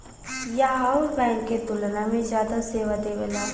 यह अउर बैंक के तुलना में जादा सेवा देवेला